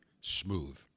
smooth